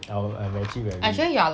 I was I'm actually very